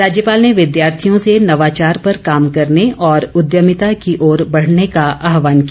राज्यपाल ने विद्यार्थियों से नवाचार पर काम करने और उद्यमिता की ओर बढ़ने का आहवान किया